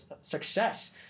success